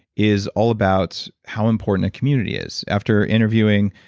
is all about how important a community is. after interviewing,